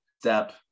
step